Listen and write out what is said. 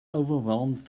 overwhelmed